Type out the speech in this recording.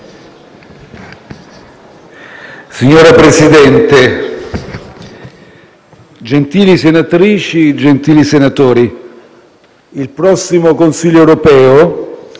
Signor Presidente, gentili senatrici e gentili senatori, il prossimo Consiglio europeo